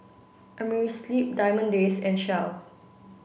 Amerisleep Diamond Days and Shell